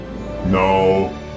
No